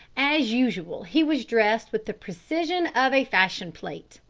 as usual, he was dressed with the precision of a fashion-plate.